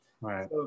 Right